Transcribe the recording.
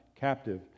captive